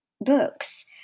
books